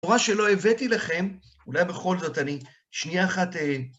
תורה שלא הבאתי לכם, אולי בכל זאת, אני שנייה אחת...